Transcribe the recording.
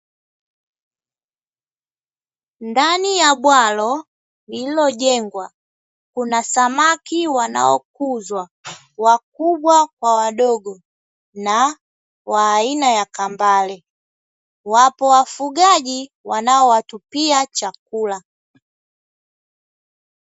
Ndani ya bwalo lililojengwa, kuna samaki wanaokuzwa wakubwa kwa wadogo, na wa aina ya kambale, wapo wafugaji wanaowatupia chakula.